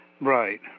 Right